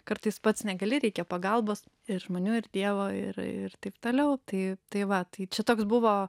kartais pats negali reikia pagalbos ir žmonių ir dievo ir ir taip toliau tai tai va tai čia toks buvo